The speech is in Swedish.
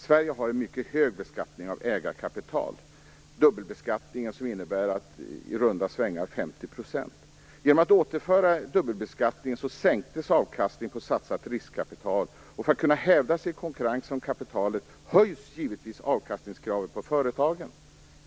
Sverige har en mycket hög beskattning av ägarkapital, en dubbelbeskattning som uppgår till i runt tal 50 %. Genom återinförandet av dubbelbeskattningen sänktes avkastningen på satsat riskkapital, och för att företagen skall kunna hävda sig i konkurrensen om kapitalet höjs givetvis avkastningskravet på dem.